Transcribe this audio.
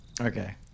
Okay